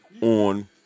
on –